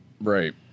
Right